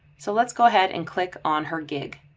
so let's go ahead and click on her gig.